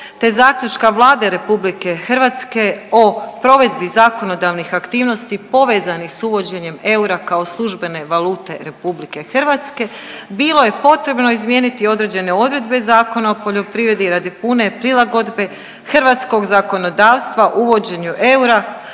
te Zaključka Vlade RH o provedbi zakonodavnih aktivnosti povezanih s uvođenjem eura kao službene valute RH bilo je potrebno izmijeniti određene odredbe Zakona o poljoprivredi radi pune prilagodbe hrvatskog zakonodavstva uvođenju eura